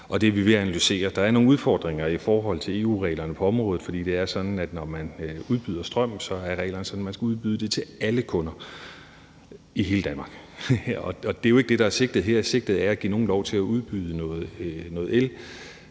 det er vi ved at analysere. Der er nogle udfordringer i forhold til EU-reglerne på området, for reglerne er sådan, når man udbyder strøm, at man skal udbyde den til alle kunder i hele Danmark. Og det er jo ikke det, der er sigtet her; sigtet er at give nogen lov til at udbyde noget el